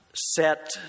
set